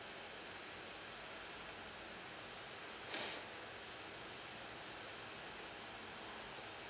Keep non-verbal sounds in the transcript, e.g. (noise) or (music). (noise)